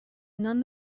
none